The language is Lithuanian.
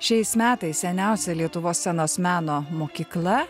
šiais metais seniausia lietuvos scenos meno mokykla